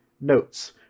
Notes